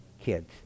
kids